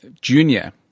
Junior